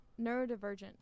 Neurodivergent